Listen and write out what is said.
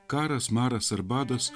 karas maras ar badas